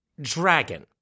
Dragon